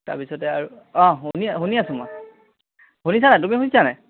তাৰপিছতে আৰু অঁ শুনি শুনি আছোঁ মই শুনিছা নাই তুমি শুনিছা নাই